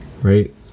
right